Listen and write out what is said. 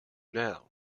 now